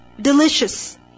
Delicious